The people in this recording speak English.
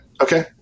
okay